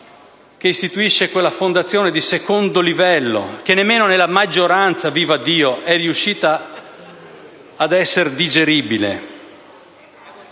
che istituisce quella fondazione di secondo livello che nemmeno nella maggioranza - vivaddio! - è riuscita a risultare digeribile.